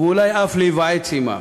ואולי אף להתייעץ עמן.